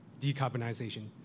decarbonization